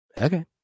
okay